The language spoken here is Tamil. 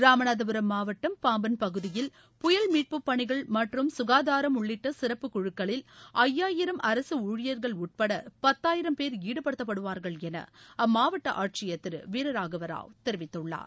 ராமநாதபுரம் மாவட்டம் பாம்பன் பகுதியில் புயல் மீட்புப் பணிகள் மற்றும் சுகாதாரம் உள்ளிட்ட சிறப்பு குழுக்களில் ஐயாயிரம் அரசு ஊழியர்கள் உட்பட பத்தாயிரம் பேர் ஈடுபடுத்தப்படுவார்கள் என அம்மாவட்ட ஆட்சியர் திரு வீரராகவ ராவ் தெரிவித்தள்ளார்